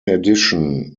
addition